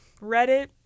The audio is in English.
reddit